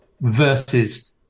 versus